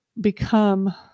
become